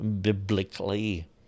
biblically